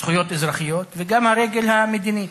זכויות אזרחיות, וגם הרגל המדינית,